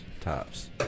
tops